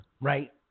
right